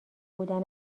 بودن